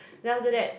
then after that